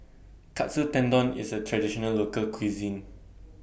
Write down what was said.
Katsu Tendon IS A Traditional Local Cuisine